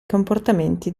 comportamenti